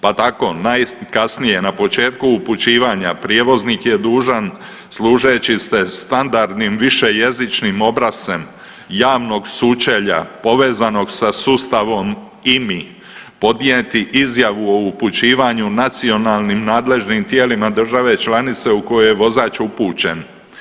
Pa tako najkasnije na početku upućivanja prijevoznik je dužan služeći se standardnim višejezičnim obrascem javnog sučelja povezanog sa sustavom IMI podnijeti izjavu o upućivanju nacionalnim nadležnim tijelima države članice u koju je vozač upućen.